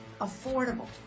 affordable